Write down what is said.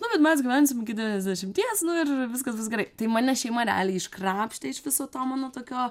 nu bet mes gyvensim iki devyniasdešimties nu ir viskas bus gerai tai mane šeimą realiai iškrapštė iš viso to mano tokio